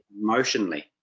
emotionally